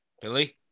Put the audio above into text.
Billy